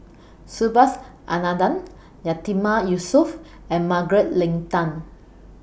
Subhas Anandan Yatiman Yusof and Margaret Leng Tan